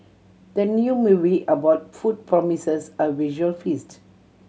the new movie about food promises a visual feast